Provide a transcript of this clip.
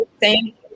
thank